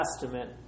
Testament